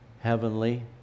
heavenly